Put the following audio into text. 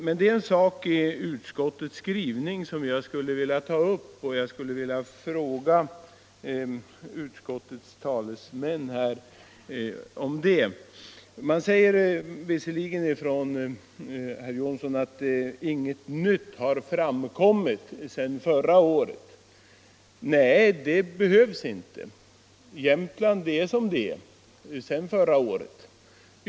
Men det är en sak i utskottets skrivning som jag skulle vilja ta upp och fråga utskottets talesmän om. Herr Johnsson i Blentarp säger att inget nytt har framkommit sedan förra året. Nej, det behövs inte. Jämtlands län är som det är sedan förra året.